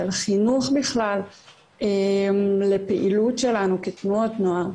של חינוך בכלל לפעילות שלנו כתנועות נוער,